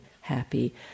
happy